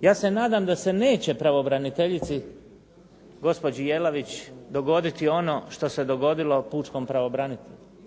Ja se nadam da se neće pravobraniteljici gospođi Jelavić dogoditi ono što se dogodilo pučkom pravobranitelju da